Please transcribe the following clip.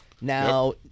Now